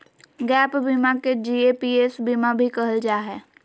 gap बीमा के GAPS बीमा भी कहल जा हय